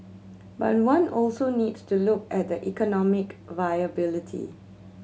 but one also needs to look at the economic viability